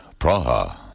Praha